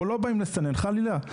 אנחנו לא באים לסנן, חלילה.